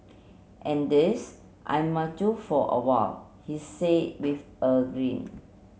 and this I might do for a while he say with a grin